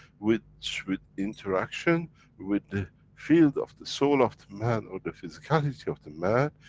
which with interaction with the field of the soul of the man, or the physicality of the man,